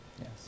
Yes